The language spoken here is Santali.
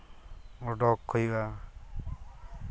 ᱚᱰᱚᱠ ᱦᱩᱭᱩᱜᱼᱟ